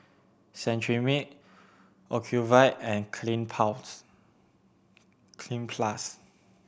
Cetrimide Ocuvite and Cleanz Cleanz Plus